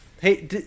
Hey